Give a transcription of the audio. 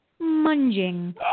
munging